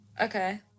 Okay